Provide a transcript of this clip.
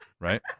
Right